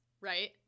right